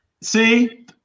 See